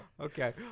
Okay